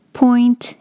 point